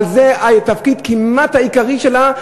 אבל זה התפקיד כמעט העיקרי שלה.